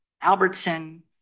Albertson